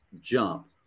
jump